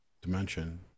dimension